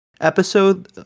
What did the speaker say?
episode